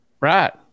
Right